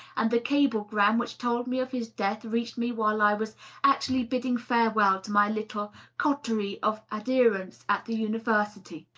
and the cablegram which told me of his death reached me while i was actually bidding farewell to my little coterie of adherents at the university.